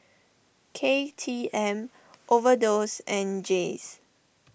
K T M Overdose and Jays